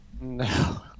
No